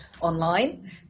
online